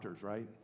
right